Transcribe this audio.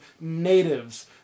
natives